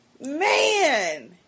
Man